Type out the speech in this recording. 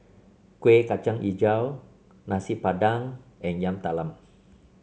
Kueh Kacang hijau Nasi Padang and Yam Talam